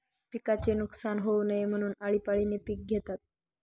पिकाचे नुकसान होऊ नये म्हणून, आळीपाळीने पिक घेतात